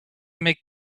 make